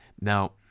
Now